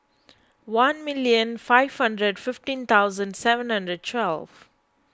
one million five hundred fifteen thousand seven hundred twelve